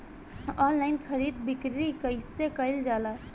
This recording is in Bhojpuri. आनलाइन खरीद बिक्री कइसे कइल जाला?